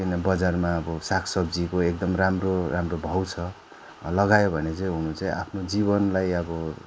किन बजारमा अब साग सब्जीको एकदम राम्रो राम्रो भाउ छ लगायो भने चाहिँ हुनु चाहिँ आफ्नो जीवनलाई अब